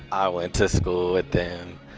i went to school with them.